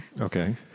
Okay